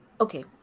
Okay